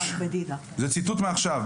זה ציטוט מעכשיו,